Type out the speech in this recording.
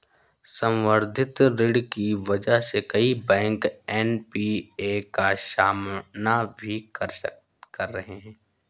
संवर्धित ऋण की वजह से कई बैंक एन.पी.ए का सामना भी कर रहे हैं